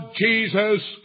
Jesus